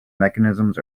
mechanisms